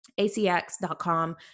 ACX.com